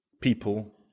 people